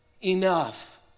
enough